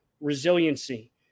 resiliency